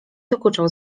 dokuczał